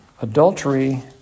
Adultery